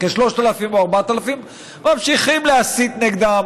כ-3,000 או 4,000. ממשיכים להסית נגדם,